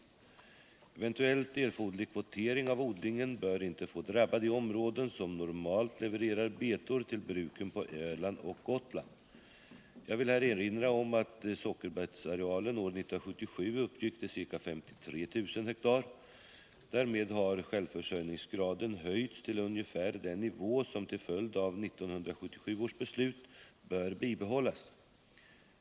Eventuellt erforderlig kvotering av odlingen bör inte få drabba de områden som normalt levererar betor till bruken på Öland och Gotland. Jag vill här erinra om att sockerbetsarealen år 1977 uppgick till ca 53 000 ha. Därmed har självförsörjningsgraden höjts till ungefär den nivå som till följd av 1977 års beslut bör bibehållas.